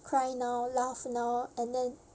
cry now laugh now and then